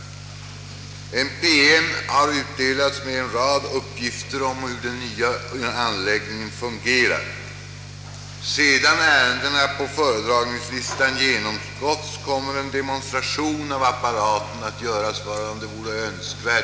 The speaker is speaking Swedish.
En PM har utdelats med en rad uppgifter om hur den nya anläggningen fungerar. Sedan ärendena på föredragningslistan genomgåtts kommer en demonstration av apparaten att göras.